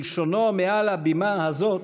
כלשונו מעל הבימה הזאת: